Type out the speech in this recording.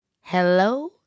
Hello